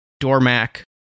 Dormac